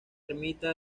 ermita